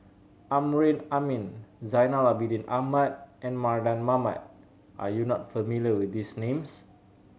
Amrin Amin Zainal Abidin Ahmad and Mardan Mamat are you not familiar with these names